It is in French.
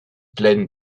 pleine